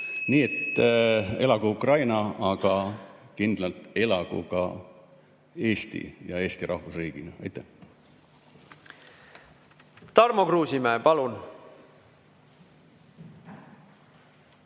Nii et elagu Ukraina, aga kindlalt elagu ka Eesti, ja Eesti rahvusriigina! Aitäh! Tarmo Kruusimäe, palun!